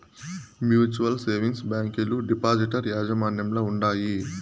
mutual savings బ్యాంకీలు depositor యాజమాన్యంల ఉండాయి